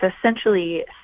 essentially